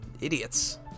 idiots